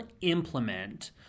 implement